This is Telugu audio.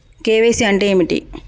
కే.వై.సీ అంటే ఏమిటి?